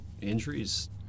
injuries